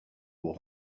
aux